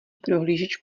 prohlížeč